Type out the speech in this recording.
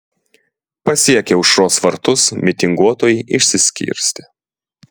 pasiekę aušros vartus mitinguotojai išsiskirstė